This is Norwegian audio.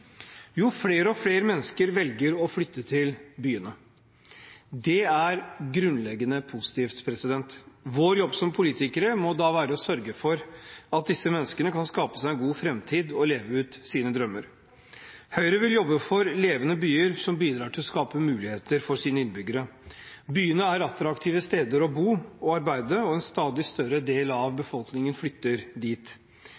Jo, flere og flere mennesker velger å flytte til byene. Det er grunnleggende positivt. Vår jobb som politikere må da være å sørge for at disse menneskene kan skape seg en god framtid og leve ut sine drømmer. Høyre vil jobbe for levende byer som bidrar til å skape muligheter for sine innbyggere. Byene er attraktive steder å bo og arbeide, og en stadig større del av befolkningen flytter dit.